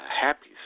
happy